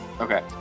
Okay